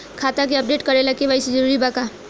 खाता के अपडेट करे ला के.वाइ.सी जरूरी बा का?